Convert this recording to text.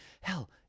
Hell